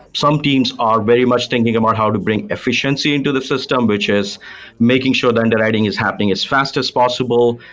some teams are very much thinking um about how to bring efficiency into the system, which is making sure the underwriting is happening as fast as possible.